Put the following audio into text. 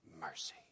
mercy